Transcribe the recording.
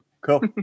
Cool